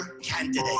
candidate